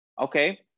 Okay